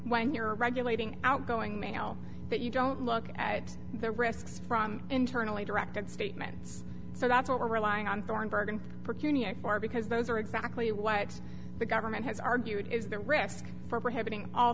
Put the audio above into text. when you're regulating outgoing mail that you don't look at the risk from internally directed statements so that's what we're relying on thornburgh and union for because those are exactly what the government has argued is the risk for